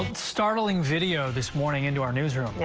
and startling video this morning into our newsroom. yeah